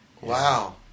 Wow